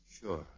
Sure